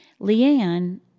Leanne